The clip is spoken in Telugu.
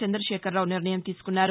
చంద్రశేఖరరావు నిర్ణయం తీసుకున్నారు